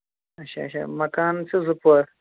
اَچھا اَچھا مکان چھُ زٕ پور